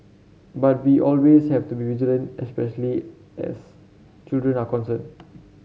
but we always have to be vigilant especially as children are concerned